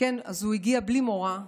אז הוא הגיע בלי מורא,